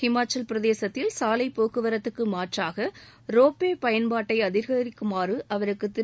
ஹிமாச்சலப்பிரதேசத்தில் சாலை போக்குவரத்துக்கு மாற்றாக ரோப்வே பயன்பாட்டை அதிகரிக்குமாறு அவருக்கு திரு